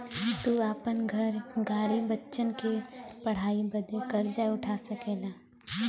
तू आपन घर, गाड़ी, बच्चन के पढ़ाई बदे कर्जा उठा सकला